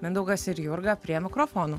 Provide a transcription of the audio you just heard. mindaugas ir jurga prie mikrofonų